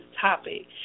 topic